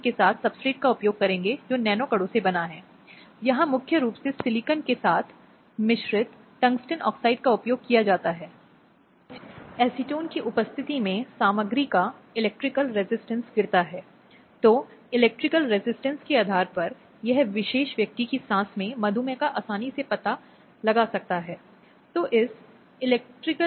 इसलिए जब हम कानून का विकास कहते हैं जहां यह शुरू हुआ यह एक सही भावना और सही तरीके से शुरू नहीं हुआ इस अर्थ में कि यह महिलाओं की सुरक्षा के लिए कानूनों के लिए नहीं था लेकिन संपत्ति के रूप में महिलाओं पर पुरुषों के हितों की सुरक्षा के लिए कानून